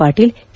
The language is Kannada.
ಪಾಟೀಲ್ ಕೆ